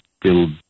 build